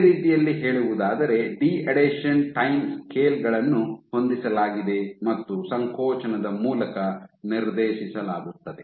ಬೇರೆ ರೀತಿಯಲ್ಲಿ ಹೇಳುವುದಾದರೆ ಡಿಅಡೆಷನ್ ಟೈಮ್ ಸ್ಕೇಲ್ಗಳನ್ನು ಹೊಂದಿಸಲಾಗಿದೆ ಮತ್ತು ಸಂಕೋಚನದ ಮೂಲಕ ನಿರ್ದೇಶಿಸಲಾಗುತ್ತದೆ